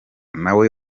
nawe